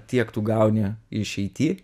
tiek tu gauni išeity